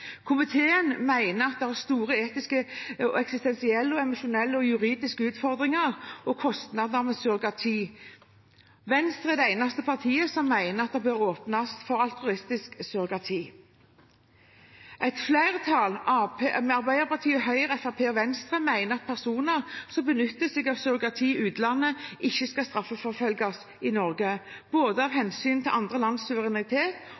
Komiteen mener at det er store etiske, eksistensielle, emosjonelle og juridiske utfordringer og kostnader ved surrogati. Venstre er det eneste partiet som mener at det bør åpnes for altruistisk surrogati. Et flertall bestående av Arbeiderpartiet, Høyre, Fremskrittspartiet og Venstre mener at personer som benytter seg av surrogati i utlandet, ikke skal straffeforfølges i Norge, både av hensyn til andre lands suverenitet